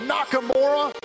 Nakamura